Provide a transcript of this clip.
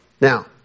Now